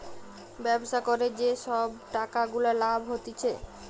ব্যবসা করে যে সব টাকা গুলা লাভ হতিছে